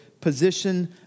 position